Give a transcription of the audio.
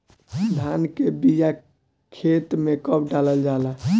धान के बिया खेत में कब डालल जाला?